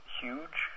huge